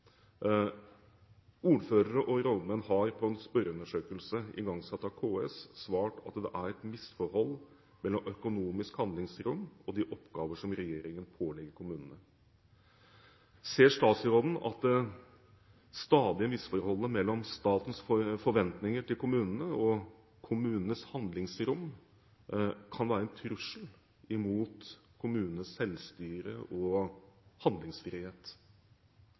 Ordførere og rådmenn har i en spørreundersøkelse igangsatt av KS svart at det er et misforhold mellom økonomisk handlingsrom og de oppgaver som regjeringen pålegger kommunene. Ser statsråden at det stadige misforholdet mellom statens forventninger til kommunene og kommunenes handlingsrom kan være en trussel mot kommunenes selvstyre og